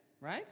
right